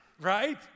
right